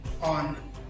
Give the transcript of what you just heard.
on